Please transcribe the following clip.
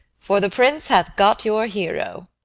for the prince hath got your hero.